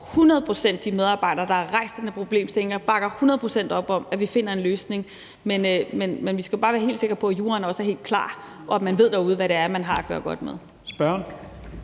procent de medarbejdere, der har rejst den her problemstilling, og vi bakker hundrede procent op om, at vi finder en løsning, men vi skal bare være helt sikre på, at juraen også er helt klar, og at man ved derude, hvad man har at gøre godt med.